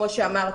כפי שאמרת,